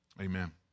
amen